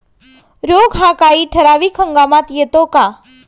रोग हा काही ठराविक हंगामात येतो का?